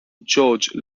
george